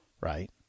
Right